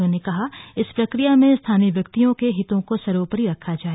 उन्होंने कहा इस प्रक्रिया में स्थानीय व्यक्तियों के हितों को सर्वोपरि रखा जाए